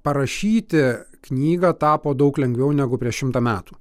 parašyti knygą tapo daug lengviau negu prieš šimtą metų